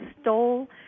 stole